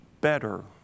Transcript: better